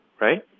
right